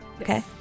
Okay